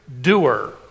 doer